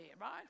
right